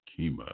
Kima